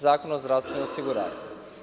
Zakona o zdravstvenom osiguranju.